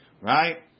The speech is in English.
right